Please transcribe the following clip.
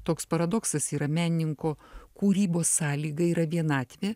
toks paradoksas yra menininko kūrybos sąlyga yra vienatvė